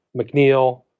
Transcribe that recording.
McNeil